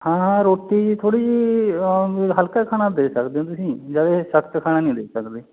ਹਾਂ ਹਾਂ ਰੋਟੀ ਥੋੜ੍ਹੀ ਜਿਹੀ ਹਲਕਾ ਖਾਣਾ ਦੇ ਸਕਦੇ ਹੋ ਤੁਸੀਂ ਜ਼ਿਆਦਾ ਸਖਤ ਖਾਣਾ ਨਹੀਂ ਦੇ ਸਕਦੇ